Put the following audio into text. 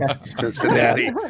Cincinnati